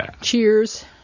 Cheers